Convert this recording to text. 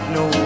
no